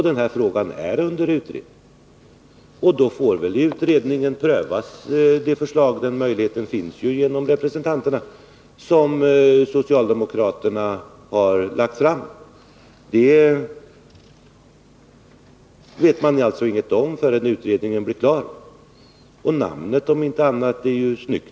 Den här frågan skall utredas, och möjlighet finns ju att då pröva det förslag som socialdemokraterna lagt fram. Vad utredningen kommer fram till vet man ingenting om förrän dess arbete är klart. Namnet på det här bolaget, om inte annat, är ju snyggt.